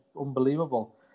unbelievable